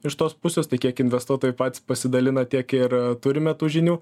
iš tos pusės tai kiek investuotojų patys pasidalina tiek ir turime tų žinių